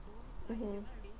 mmhmm